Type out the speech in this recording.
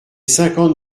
cinquante